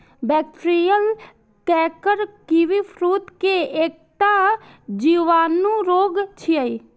bacterial canker kiwifruit के एकटा जीवाणु रोग छियै